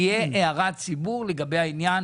תהיה הערת ציבור לגבי העניין